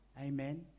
Amen